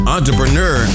entrepreneur